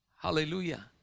Hallelujah